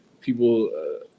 people